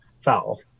Foul